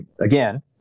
again